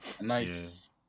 nice